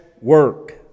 work